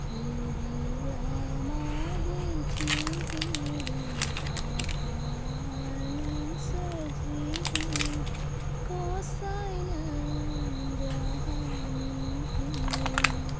गिबि लामा दिन्थिगिरि आफा नों सोरजिगिरि गसाइ नों राहानि गिरि